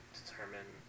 determine